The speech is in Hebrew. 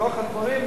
בתוך הדברים,